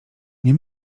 nie